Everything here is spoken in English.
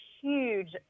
huge